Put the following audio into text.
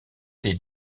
est